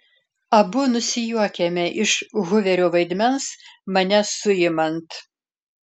abu nusijuokiame iš huverio vaidmens mane suimant